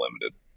limited